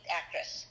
actress